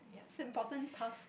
it's important task